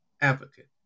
advocate